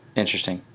interesting.